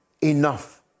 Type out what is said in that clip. enough